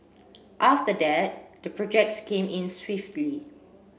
after that the projects came in swiftly